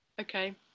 okay